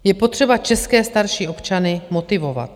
Je potřeba české starší občany motivovat.